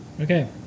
Okay